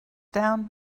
down